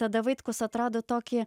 tada vaitkus atrado tokį